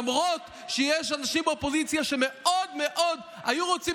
למרות שיש אנשים באופוזיציה שמאוד מאוד היו רוצים